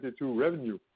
revenue